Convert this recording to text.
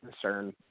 concern